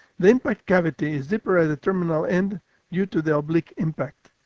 the impact cavity is deeper at the terminal end due to the oblique impact.